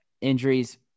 injuries